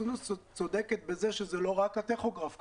סונדוס צודקת שזה לא רק הטכוגרף כמובן,